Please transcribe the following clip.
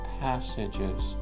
passages